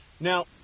Now